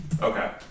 Okay